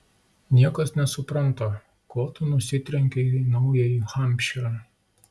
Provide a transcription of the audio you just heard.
niekas nesupranta ko tu nusitrenkei į naująjį hampšyrą